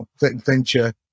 venture